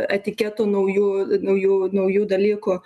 etiketo naujų naujų naujų dalykų